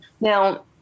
Now